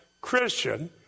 Christian